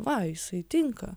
va jisai tinka